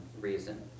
reason